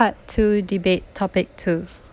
part two debate topic two